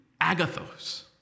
agathos